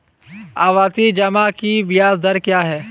आवर्ती जमा की ब्याज दर क्या है?